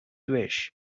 wish